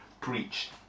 preached